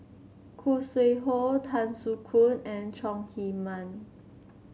Khoo Sui Hoe Tan Soo Khoon and Chong Heman